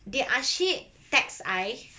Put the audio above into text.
dia asyik text I